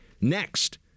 next